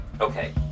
Okay